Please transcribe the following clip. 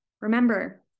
Remember